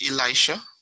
Elisha